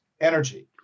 energy